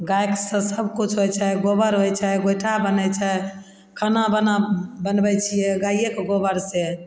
गाइसे सबकिछु होइ छै गोबर होइ छै गोइठा बनै छै खाना बना बनबै छिए गाइएके गोबरसे